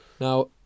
Now